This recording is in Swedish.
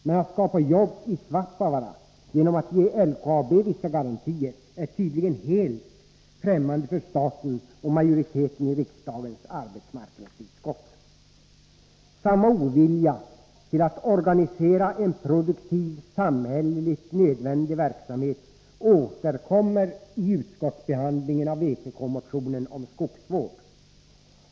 Men att skapa jobb i Svappavaara genom att ge LKAB vissa garantier är tydligen helt främmande för staten och för majoriteten i riksdagens arbetsmarknadsutskott. Samma ovilja till att organisera en produktiv, samhälleligt nödvändig verksamhet återkommer i utskottsbehandlingen av vpk-motionen om skogsvård.